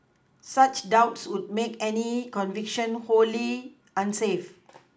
such doubts would make any conviction wholly unsafe